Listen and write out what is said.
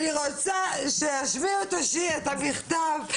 אני רוצה שישמיעו את השיר, את המכתב.